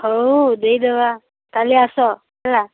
ହଉ ଦେଇଦେବା କାଲି ଆସ ହେଲା